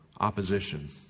opposition